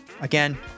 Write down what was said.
again